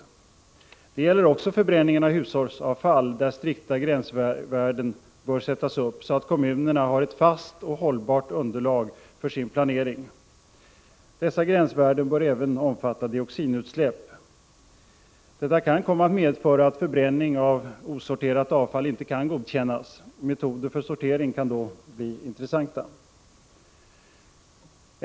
Detta gäller också förbränning av hushållsavfall, där strikta gränsvärden bör ställas upp så att kommunerna har ett fast och hållbart underlag för sin planering. Dessa gränsvärden bör även omfatta dioxinutsläpp. Detta kan komma att medföra att förbränning av osorterat avfall inte kan godkännas. Metoder för sortering kan då bli intressanta.